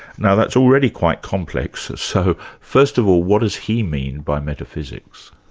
now that's already quite complex, so first of all what does he mean by metaphysics?